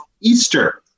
Easter